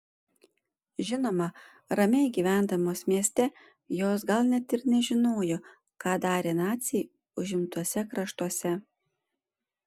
žinoma ramiai gyvendamos mieste jos gal net ir nežinojo ką darė naciai užimtuose kraštuose